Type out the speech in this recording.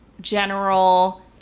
general